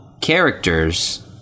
characters